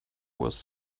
was